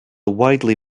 widely